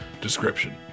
description